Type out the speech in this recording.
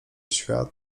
świat